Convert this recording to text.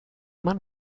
man